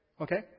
Okay